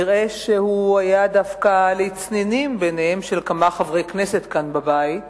נראה שהיו דווקא לצנינים בעיניהם של כמה חברי כנסת כאן בבית,